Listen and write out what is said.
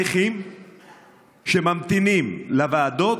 הנכים שממתינים לוועדות,